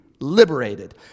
liberated